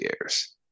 years